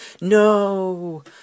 No